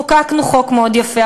חוקקנו חוק מאוד יפה,